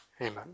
Amen